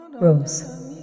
Rose